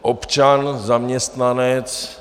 Občan, zaměstnanec...